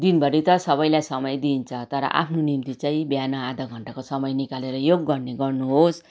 दिनभरि त सबैलाई समय दिइन्छ तर आफ्नो निम्ति चाहिँ बिहान आधा घन्टाको समय निकालेर योग गर्ने गर्नुहोस्